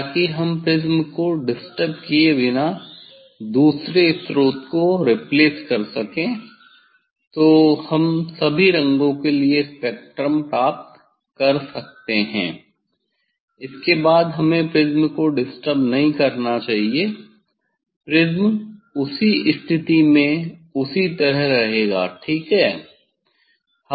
ताकि हम प्रिज़्म को डिस्टर्ब किए बिना दूसरे स्रोत को रिप्लेस कर सकें तो हम सभी रंगों के लिए स्पेक्ट्रम प्राप्त कर सकते हैं इसके बाद हमें प्रिज्म को डिस्टर्ब नहीं करना चाहिए प्रिज्म उसी स्थिति में उसी तरह रहेगा ठीक है